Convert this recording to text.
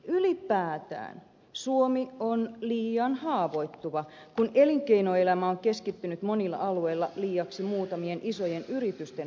ylipäätään suomi on liian haavoittuva kun elinkeinoelämä on keskittynyt monilla alueilla liiaksi muutamien isojen yritysten varaan